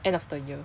end of the year